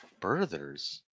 birthers